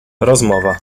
rozmowa